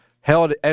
Held